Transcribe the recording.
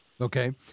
Okay